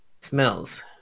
Smells